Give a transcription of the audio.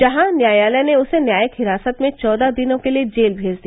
जहां न्यायालय ने उसे न्यायिक हिरासत में चौदह दिनों के लिए जेल भेज दिया